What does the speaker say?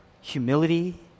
Humility